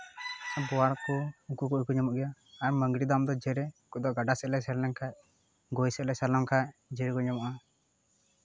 ᱵᱳᱣᱟᱲ ᱠᱚ ᱩᱱᱠᱩ ᱠᱚᱜᱮ ᱠᱚ ᱧᱟᱢᱚᱜ ᱜᱮᱭᱟ ᱟᱨ ᱢᱟᱹᱜᱽᱨᱤ ᱫᱟᱢ ᱫᱚ ᱡᱷᱮᱲᱮ ᱟᱫᱚ ᱜᱟᱰᱟ ᱥᱮᱫ ᱞᱮ ᱥᱮᱱ ᱞᱮᱱᱠᱷᱟᱡ ᱜᱳᱭ ᱥᱮᱱ ᱞᱮ ᱥᱮᱱ ᱞᱮᱱᱠᱷᱟᱡ ᱡᱷᱮᱲᱮ ᱠᱚ ᱧᱟᱢᱚᱜᱼᱟ